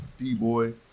D-Boy